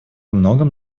многом